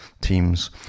teams